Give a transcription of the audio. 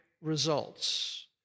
results